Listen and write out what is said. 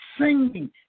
Singing